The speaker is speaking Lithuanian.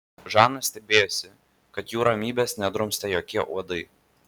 žana stebėjosi kad jų ramybės nedrumstė jokie uodai